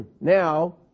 now